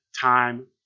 Time